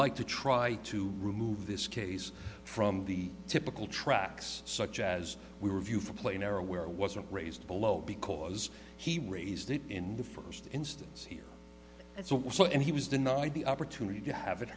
like to try to remove this case from the typical tracks such as we review for plain era where it wasn't raised below because he raised it in the first instance here as it was so and he was denied the opportunity to have it